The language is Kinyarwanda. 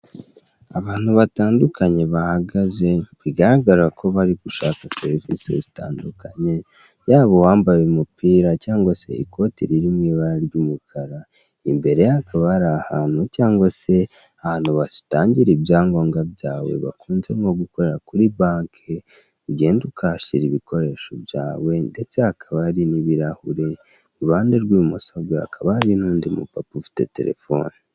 Abantu batandukanye bahagaze bigaragara ko bari gushaka serivisi zitandukanye yaba uwambaye umupira cyangwa se ikote riri mu ibara ry'umukara, imbere hakaba ari ahantu cyangwa se ahantu wasangira ibyangombwa byawe bakunze nko gukora kuri banki ugenda ukashyira ibikoresho byawe ndetse ha akaba ari n'ibirahure ihande rw'ibumoso bwe hakaba hari n'undi mupapa ufite telefone.